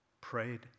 prayed